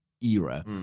era